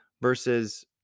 versus